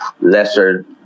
lesser